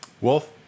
Wolf